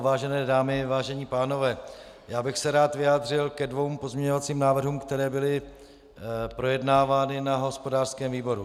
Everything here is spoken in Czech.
Vážené dámy, vážení pánové, rád bych se vyjádřil ke dvěma pozměňovacím návrhům, které byly projednávány na hospodářském výboru.